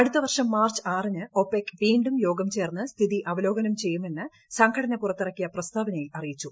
അടുത്ത വർഷം മാർച്ച് ആറിന് ഒപെക് വീണ്ടും യോഗം ചേർന്ന് സ്ഥിതി അവലോകനം ചെയ്യുമെന്ന് സംഘടന പുറത്തിറക്കിയ പ്രസ്താവനയിൽ അറിയിച്ചു